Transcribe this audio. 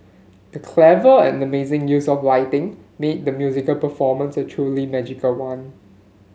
the clever and amazing use of lighting made the musical performance a truly magical one